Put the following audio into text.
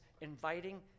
inviting